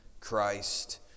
Christ